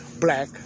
Black